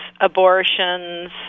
abortions—